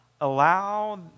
allow